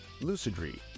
Lucidry